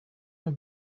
have